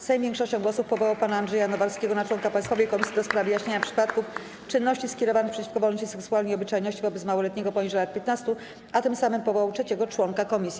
Sejm większością głosów powołał pana Andrzeja Nowarskiego na członka Państwowej Komisji do spraw wyjaśniania przypadków czynności skierowanych przeciwko wolności seksualnej i obyczajności wobec małoletniego poniżej lat 15, a tym samym powołał trzeciego członka komisji.